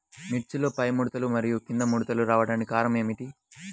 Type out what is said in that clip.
మిర్చిలో పైముడతలు మరియు క్రింది ముడతలు రావడానికి కారణం ఏమిటి?